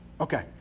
Okay